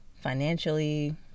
financially